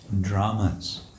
dramas